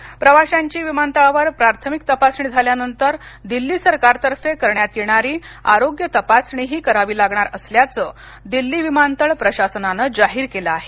तसंच विमानतळावर प्राथमिक तपासणी झाल्यावर दिल्ली सरकार तर्फे करण्यात येणारी आरोग्य तपासणी ही करावी लागणार असल्याचं दिल्ली विमानतळ प्रशासनाने जाहीर केल आहे